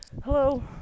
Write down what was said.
Hello